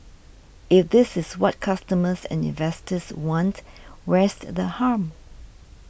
if this is what customers and investors want where's the harm